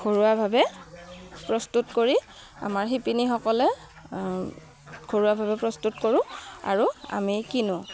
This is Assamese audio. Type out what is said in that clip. ঘৰুৱাভাৱে প্ৰস্তুত কৰি আমাৰ শিপিনীসকলে ঘৰুৱাভাৱে প্ৰস্তুত কৰোঁ আৰু আমি কিনোঁ